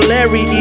Larry